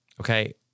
Okay